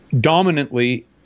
dominantly